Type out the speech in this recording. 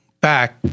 back